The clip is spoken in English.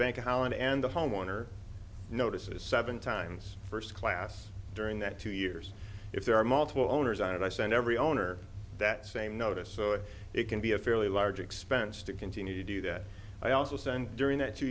and the homeowner notices seven times first class during that two years if there are multiple owners and i send every owner that same notice so it can be a fairly large expense to continue to do that i also send during that two